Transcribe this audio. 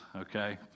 okay